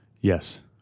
Yes